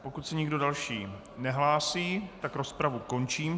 Pokud se nikdo další nehlásí, rozpravu končím.